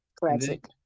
Classic